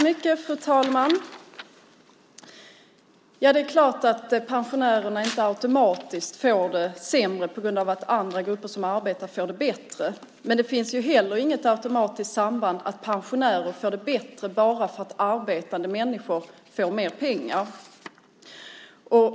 Fru talman! Det är klart att pensionärerna inte automatiskt får det sämre på grund av att andra grupper som arbetar får det bättre. Det finns heller inget automatiskt samband så att pensionärer får det bättre bara för att arbetande människor får mer pengar.